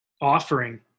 offering